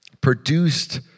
produced